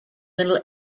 middle